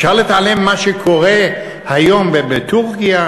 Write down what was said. אפשר להתעלם ממה שקורה היום בטורקיה?